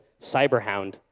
cyberhound